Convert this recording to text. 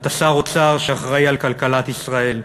אתה שר אוצר שאחראי לכלכלת ישראל,